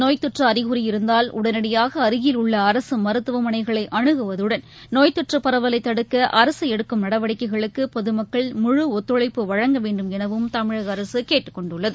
நோய் தொற்றுஅறிகுறி இருந்தால் உடனடியாகஅருகில் உள்ளஅரசுமருத்துவமனைகளைஅனுகுவதுடன் நோய் தொற்றுபரவலைதடுக்கும் நடவடிக்கைகளுக்குபொதுமக்கள் முழு ஒத்துழைப்பு வழங்க வேண்டும் எனவும் தமிழகஅரசுகேட்டுக்கொண்டுள்ளது